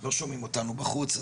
לא שומעים אותנו בחוץ,